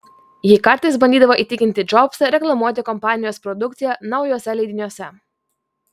ji kartais bandydavo įtikinti džobsą reklamuoti kompanijos produkciją naujuose leidiniuose